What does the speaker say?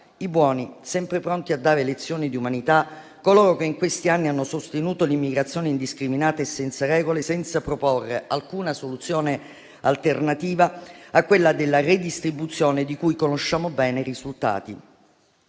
i buoni, sempre pronti a dare lezioni di umanità, coloro che in questi anni hanno sostenuto l'immigrazione indiscriminata e senza regole, senza proporre alcuna soluzione alternativa a quella della redistribuzione, di cui conosciamo bene i risultati.